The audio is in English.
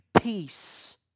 peace